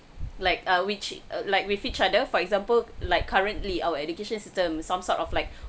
like uh which uh like with each other for example like currently our education system some sort of like